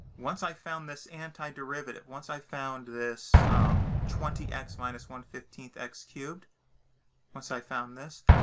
once i found this antiderivative, once i found this twenty x minus one fifteen x cubed once i found this,